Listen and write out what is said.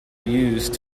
used